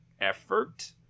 effort